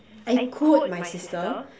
I quote my sister